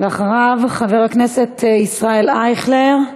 אחריו חבר הכנסת ישראל אייכלר,